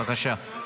בבקשה.